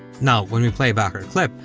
now, when we play back our clip,